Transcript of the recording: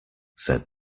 said